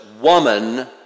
woman